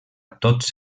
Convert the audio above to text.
tots